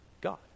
God